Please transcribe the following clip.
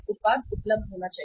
उत्पाद उपलब्ध होना चाहिए